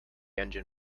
engine